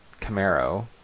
camaro